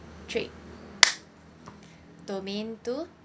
three domain two